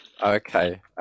Okay